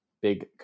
big